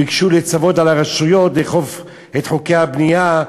ביקשו לצוות על הרשויות לאכוף את חוקי הבנייה.